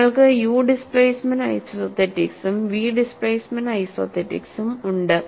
നിങ്ങൾക്ക് U displacement ഐസോതെറ്റിക്സും V displacement ഐസോതെറ്റിക്സും ഉണ്ട്